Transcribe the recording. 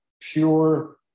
pure